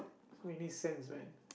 so many sense man